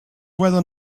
weather